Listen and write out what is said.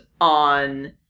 on